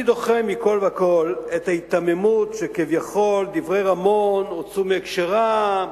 אני דוחה מכול וכול את ההיתממות שכביכול דברי רמון הוצאו מהקשרם,